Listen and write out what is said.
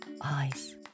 eyes